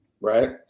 Right